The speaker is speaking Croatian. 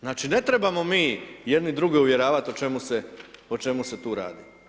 Znači, ne trebamo mi jedni druge uvjeravati o čemu se tu radi.